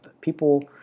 People